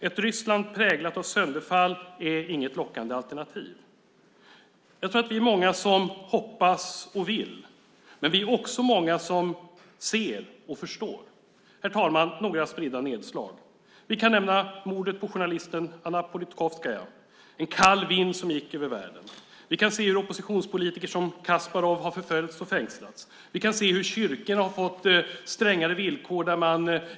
Ett Ryssland präglat av sönderfall är inget lockande alternativ. Jag tror att vi är många som hoppas och vill, men vi är också många som ser och förstår. Herr talman! Här är några spridda nedslag. Vi kan nämna mordet på journalisten Anna Politkovskaja, en kall vind som gick över världen. Vi kan se hur oppositionspolitiker, som Kasparov, har förföljts och fängslats. Vi kan se hur kyrkor har fått strängare villkor.